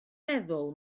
meddwl